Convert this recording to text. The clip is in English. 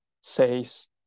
says